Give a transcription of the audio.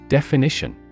Definition